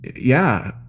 Yeah